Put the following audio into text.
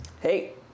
Hey